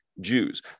Jews